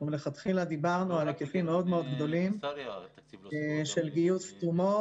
אנחנו לכתחילה דיברנו על אפיקים מאוד מאוד גדולים של גיוס תרומות.